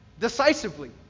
decisively